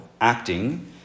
acting